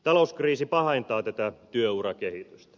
talouskriisi pahentaa tätä työurakehitystä